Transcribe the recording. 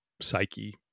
psyche